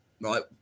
right